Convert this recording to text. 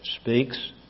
speaks